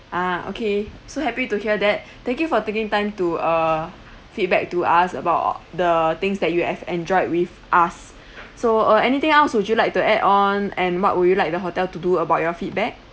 ah okay so happy to hear that thank you for taking time to uh feedback to us about al~ the things that you have enjoyed with us so uh anything else would you like to add on and what would you like the hotel to do about your feedback